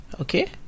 Okay